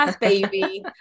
baby